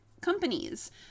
companies